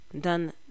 done